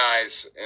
guys